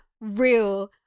real